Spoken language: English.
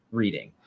reading